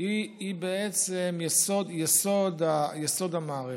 היא יסוד המערכת,